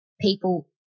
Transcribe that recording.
people